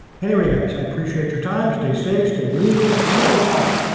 anyway, guys, i appreciate your time. stay safe. stay legal. honorable donk,